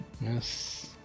Yes